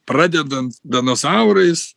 pradedan danozaurais